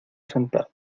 sentado